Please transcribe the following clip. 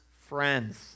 friends